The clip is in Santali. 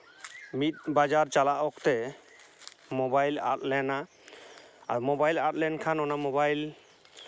ᱢᱤᱫ ᱵᱟᱡᱟᱨ ᱪᱟᱞᱟᱜ ᱚᱠᱛᱮ ᱢᱳᱵᱟᱭᱤᱞ ᱟᱫ ᱞᱮᱱᱟ ᱟᱨ ᱢᱳᱵᱟᱭᱤᱞ ᱟᱫ ᱞᱮᱱᱠᱷᱟᱱ ᱚᱱᱟ ᱢᱳᱵᱟᱭᱤᱞ